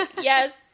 yes